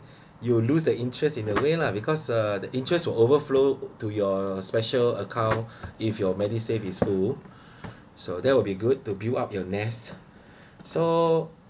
you will lose their interest in a way lah because uh the interest will overflow to your special account if your medisave is full so that will be good to build up your nest so